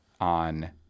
on